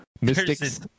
Mystics